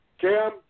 Cam